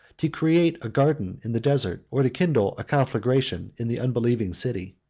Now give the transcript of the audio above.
to create a garden in the desert, or to kindle a conflagration in the unbelieving city.